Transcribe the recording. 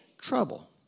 trouble